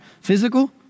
physical